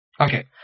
Okay